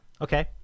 Okay